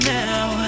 now